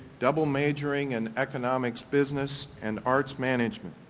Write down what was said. double majoring in economics business and arts management.